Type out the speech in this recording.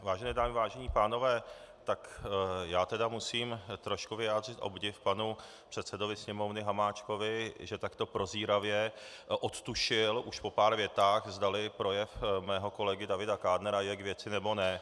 Vážené dámy, vážení pánové, tak já teda musím trošku vyjádřit obdiv panu předsedovi Sněmovny Hamáčkovi, že takto prozíravě odtušil už po pár větách, zdali projev mého kolegy Davida Kádnera je k věci, nebo ne.